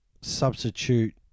substitute